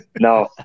No